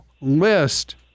List